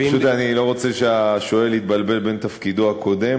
פשוט אני לא רוצה שהשואל יבלבל בין תפקידו הקודם